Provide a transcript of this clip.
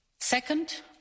Second